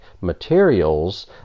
materials